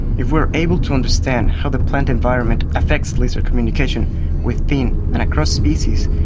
if we are able to understand how the plant environment affects lizard communication within and across species,